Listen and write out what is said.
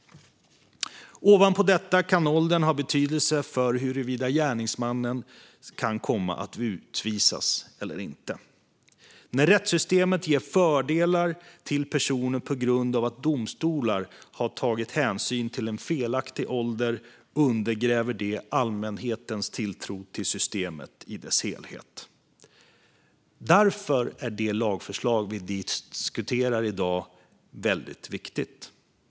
Ovanpå detta kan åldern ha betydelse för huruvida gärningsmannen kan komma att utvisas eller inte. När rättssystemet ger fördelar till personer på grund av att domstolar har tagit hänsyn till en felaktig ålder undergräver det allmänhetens tilltro till systemet i dess helhet. Därför är det lagförslag vi diskuterar i dag väldigt viktigt.